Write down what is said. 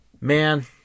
man